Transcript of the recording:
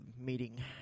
meeting